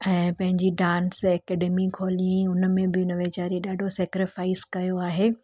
ऐं पंहिंजी dance academy खोली हुअईं हुनमें बि हुन वेचारे ॾाढो सेक्रिफाइस कयो आहे